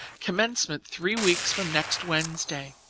commencement three weeks from next wednesday.